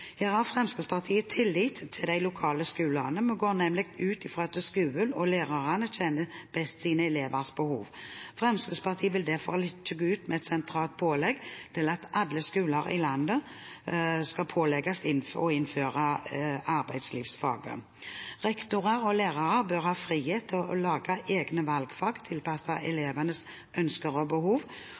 Her har Fremskrittspartiet tillit til de lokale skolene. Vi går nemlig ut fra at skolen og lærerne kjenner best sine elevers behov. Fremskrittspartiet vil derfor ikke gå ut med et sentralt pålegg til alle skoler i landet om å innføre arbeidslivsfaget. Rektorer og lærere bør ha frihet til å lage egne valgfag tilpasset elevenes ønsker og behov